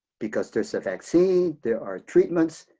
because there's a vaccine, there are treatments,